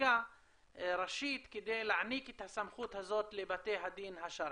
בחקיקה ראשית כדי להעניק את הסמכות הזאת לבתי הדין השרעי.